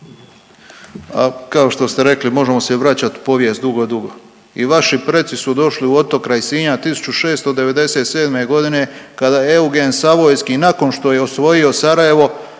Pa kao što ste rekli, možemo se i vraćati u povijest, dugo, dugo i vaši preci su došli u Otok kraj Sinja 1697. g. kada je Eugen Savojski, nakon što je osvojio Sarajevo